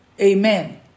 Amen